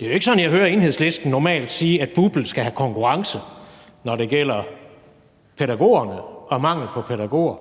Det er jo ikke sådan, at jeg normalt hører Enhedslisten sige, at BUPL skal have konkurrence, når det gælder pædagoger og manglen på pædagoger.